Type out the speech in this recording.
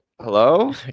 hello